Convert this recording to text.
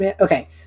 Okay